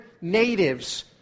natives